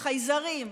חייזרים,